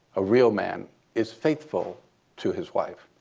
a real man is faithful to his wife.